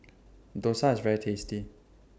Dosa IS very tasty